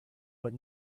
but